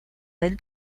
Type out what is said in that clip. del